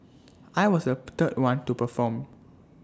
I was the third one to perform